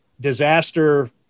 Disaster